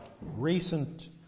recent